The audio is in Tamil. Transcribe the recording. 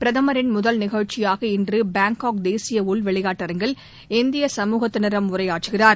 பிரதமரின் முதல் நிகழ்ச்சியாக இன்று பாங்காக் தேசிய உள்விளையாட்டரங்கில் இந்திய சமூகத்தினரிடம் உரையாற்றுகிறார்